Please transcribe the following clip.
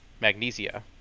Magnesia